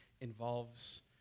involves